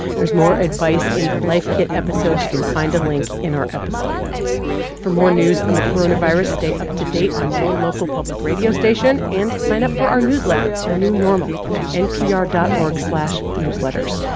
there's more advice in the life kit episode. you can find a link in our episode notes for more news on the coronavirus, stay up to date on your local public radio station, and sign up for our newsletter the new normal at npr dot org slash newsletters.